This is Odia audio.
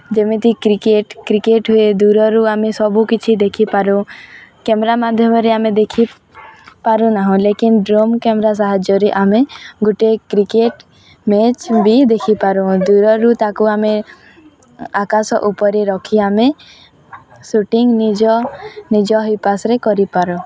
ଯେମିତି କ୍ରିକେଟ କ୍ରିକେଟ ହୁଏ ଦୂରରୁ ଆମେ ସବୁକିଛି ଦେଖିପାରୁ କ୍ୟାମେରା ମାଧ୍ୟମରେ ଆମେ ଦେଖିପାରୁନାହୁଁ ଲେକିନ୍ ଡ୍ରୋନ୍ କ୍ୟାମେରା ସାହାଯ୍ୟରେ ଆମେ ଗୋଟେ କ୍ରିକେଟ ମ୍ୟାଚ୍ ବି ଦେଖିପାରୁ ଦୂରରୁ ତାକୁ ଆମେ ଆକାଶ ଉପରେ ରଖି ଆମେ ସୁଟିଙ୍ଗ ନିଜ ନିଜ ହିସାବରେ କରିପାରୁ